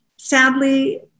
sadly